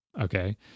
okay